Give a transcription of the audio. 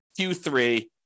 Q3